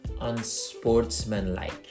Unsportsmanlike